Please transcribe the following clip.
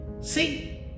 See